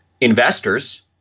investors